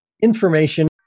information